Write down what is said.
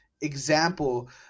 example